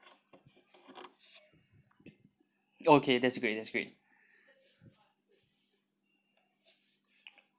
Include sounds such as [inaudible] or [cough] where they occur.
okay that's great that's great [breath]